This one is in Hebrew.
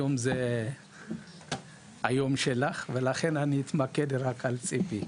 היום זה היום שלך ולכן אני אתמקד רק בציפי.